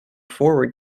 forward